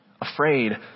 afraid